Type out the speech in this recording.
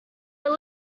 are